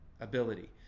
Ability